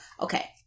Okay